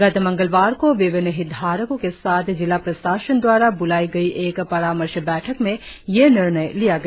गत मंगलवार को विभिन्न हितधारको के साथ जिला प्रशासन द्वारा ब्लाई गई एक परामर्श बैठक में यह निर्णय लिया गया